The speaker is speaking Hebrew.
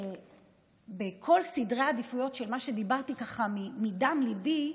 בכל סדרי העדיפויות, מה שדיברתי מדם ליבי,